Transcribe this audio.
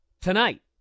tonight